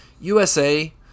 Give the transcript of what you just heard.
USA